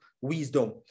wisdom